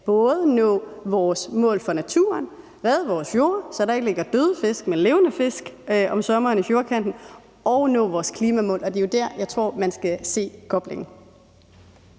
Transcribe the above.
kan nå vores mål for naturen, redde vores fjorde, så der ikke ligger døde fisk, men levende fisk om sommeren i fjordkanten, og nå vores klimamål, og det er der, jeg tror man skal se koblingen.